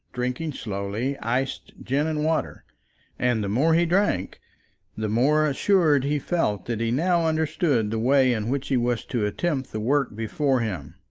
drinking slowly iced gin-and-water and the more he drank the more assured he felt that he now understood the way in which he was to attempt the work before him.